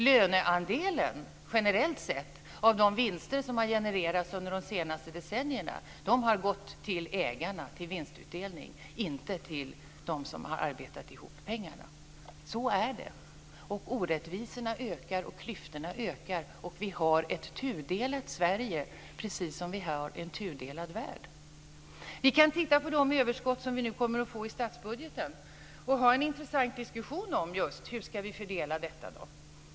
Generellt sett har löneandelen av de vinster som har genererats under de senaste decennierna gått till ägarna, till vinstutdelning, och inte till dem som har arbetat ihop pengarna. Så är det. Orättvisorna ökar. Klyftorna ökar, och vi har ett tudelat Sverige precis som vi har en tudelad värld. Vi kan titta på de överskott som vi nu kommer att få i statsbudgeten och ha en intressant diskussion just om hur vi ska fördela dem.